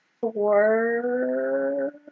four